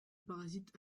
parasite